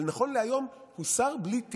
אבל נכון להיום, הוא שר בלי תיק.